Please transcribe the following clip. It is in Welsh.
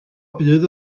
bydd